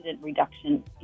reduction